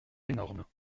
énormes